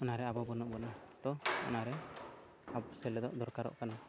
ᱚᱱᱟᱨᱮ ᱟᱵᱚ ᱵᱟᱹᱱᱩᱜ ᱵᱚᱱᱟ ᱛᱚ ᱚᱱᱟᱨᱮ ᱦᱟᱯ ᱥᱮᱞᱮᱫᱚᱜ ᱫᱚᱨᱠᱟᱨᱚᱜ ᱠᱟᱱᱟ